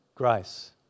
Grace